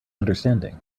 understanding